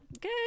Good